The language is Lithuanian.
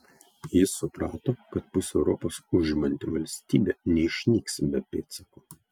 jis suprato kad pusę europos užimanti valstybė neišnyks be pėdsako